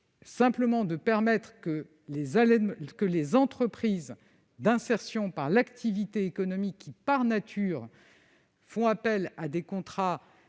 simplement de permettre que les entreprises d'insertion par l'activité économique, qui par nature recourent à des contrats